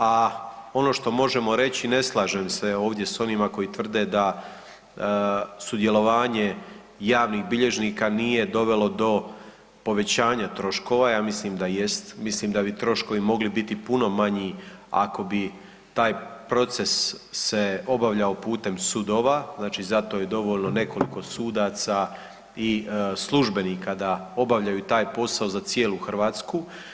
A ono što možemo reći ne slažem se ovdje s onima koji tvrde da sudjelovanje javnih bilježnika nije dovelo do povećanja troškova, ja mislim da jest, mislim da bi troškovi mogli biti puno manji ako bi taj proces se obavljao putem sudova, znači za to je dovoljno nekoliko sudaca i službenika da obavljaju taj posao za cijelu Hrvatsku.